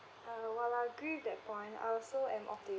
uh well I agree with that point I also am of the